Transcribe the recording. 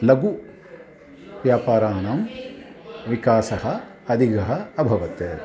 लघु व्यापाराणां विकासः अधिकः अभवत्